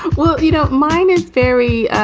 and well, you. know mine is very